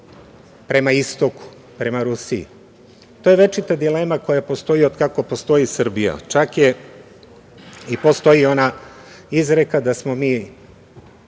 prema istoku, prema Rusiji. To je večita dilema koja postoji od kako postoji Srbija, čak i postoji ona izreka da smo mi